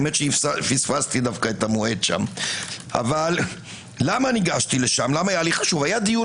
האמת שפספסתי את המועד שם אבל למה היה לי חשוב לגשת לשם היה דיון